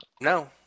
No